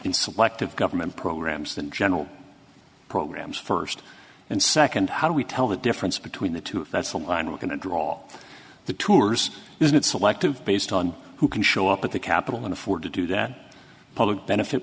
in selective government programs than general programs first and second how do we tell the difference between the two that's the line we're going to draw the tour's isn't selective based on who can show up at the capital and afford to do that public benefit